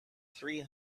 three